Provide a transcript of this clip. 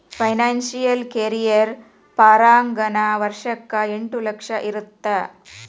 financial career ಪಾಗಾರನ ವರ್ಷಕ್ಕ ಎಂಟ್ ಲಕ್ಷ ಇರತ್ತ